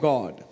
God